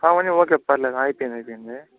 అవన్నీ ఓకే పర్లేదు అయిపోయింది అయిపోయింది